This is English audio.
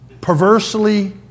perversely